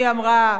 היא אמרה.